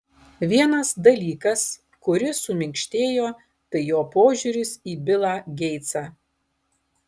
vienas dalykas kuris suminkštėjo tai jo požiūris į bilą geitsą